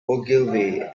ogilvy